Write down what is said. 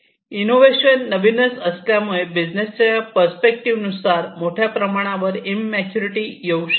innovation नवीनच असल्यामुळे बिझनेसच्या पर्स्पेक्टिव्ह नुसार मोठ्या प्रमाणावर इंममॅच्युरिटी येऊ शकते